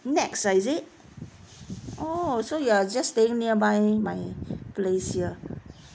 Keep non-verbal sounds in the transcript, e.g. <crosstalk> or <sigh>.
NEX ah is it oh so you are just staying nearby my <breath> place here